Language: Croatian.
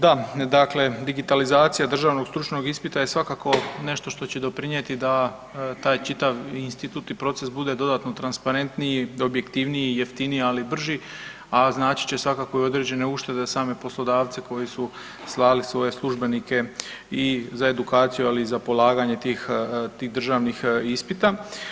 Da, dakle digitalizacija državnog stručnog ispita je svakako nešto što će doprinijeti da taj čitav institut i proces bude dodatno transparentniji, objektivniji, jeftiniji ali i brži a značit će svakako i određene uštede za same poslodavce koji su slali svoje službenike i za edukaciju, ali i za polaganje tih državnih ispita.